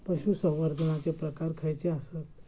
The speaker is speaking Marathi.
पशुसंवर्धनाचे प्रकार खयचे आसत?